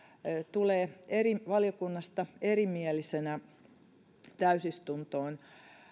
tulee valiokunnasta erimielisenä täysistuntoon